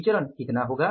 विचरण कितना होगा